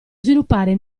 sviluppare